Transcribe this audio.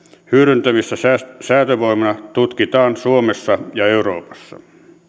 hyödyntämistä säätövoimana tutkitaan suomessa ja euroopassa